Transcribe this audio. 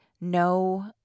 no